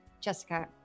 Jessica